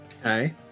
okay